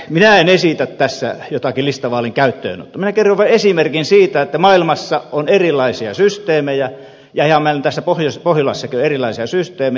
minä en esitä tässä jotakin listavaalin käyttöönottoa minä kerron vaan esimerkin siitä että maailmassa on erilaisia systeemejä ja ihan meillä täällä pohjolassakin on erilaisia systeemejä